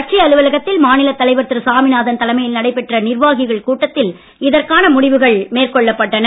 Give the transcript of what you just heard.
கட்சி அலுவலகத்தில் மாநிலத் தலைவர் திரு சாமிநாதன் தலைமையில் நடைபெற்ற நிர்வாகிகள் கூட்டத்தில் இதற்கான முடிவுகள் மேற்கொள்ளப்பட்டன